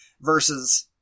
versus